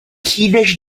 přijdeš